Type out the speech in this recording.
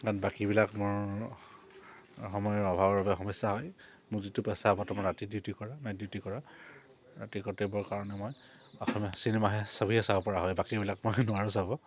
তাত বাকীবিলাক মোৰ সময়ৰ অভাৱৰ বাবে সমস্যা হয় মোৰ যিটো পেচা বৰ্তমান ৰাতি ডিউটি কৰা নাইট ডিউটি কৰা ৰাতি কৰ্তব্যৰ কাৰণে মই অসমীয়া চিনেমাহে ছবিহে চাব পৰা হয় বাকীবিলাক মই নোৱাৰোঁ চাব